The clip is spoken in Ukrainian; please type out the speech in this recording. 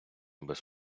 без